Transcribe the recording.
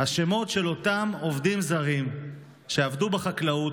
השמות של אותם עובדים זרים שעבדו בחקלאות